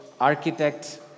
architect